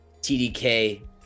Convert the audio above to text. TDK